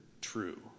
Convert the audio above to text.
true